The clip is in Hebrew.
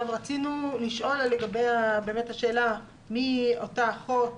רצינו לשאול לגבי מי אותה אחות,